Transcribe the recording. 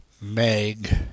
meg